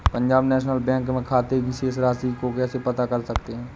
Punjab National Bank में खाते की शेष राशि को कैसे पता कर सकते हैं?